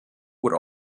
would